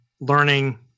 learning